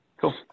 Cool